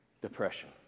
Depression